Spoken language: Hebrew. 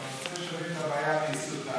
אני רוצה שתבין את הבעיה מיסודה.